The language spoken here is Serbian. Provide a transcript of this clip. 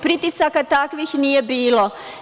Pritisaka takvih nije bilo.